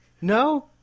No